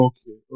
Okay